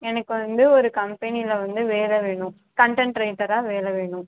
எனக்கு வந்து ஒரு கம்பெனியில் வந்து வேலை வேணும் கன்டன்ட் ரைட்டராக வேலை வேணும்